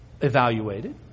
evaluated